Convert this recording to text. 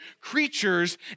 creatures